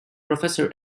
professor